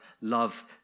love